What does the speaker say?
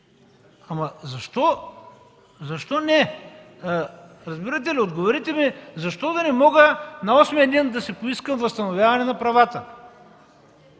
Защо „не”? Защо? Разбирате ли, отговорете ми защо да не мога на осмия ден да си поискам възстановяване на правата?